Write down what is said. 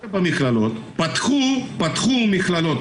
פתחו מכללות,